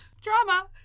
Drama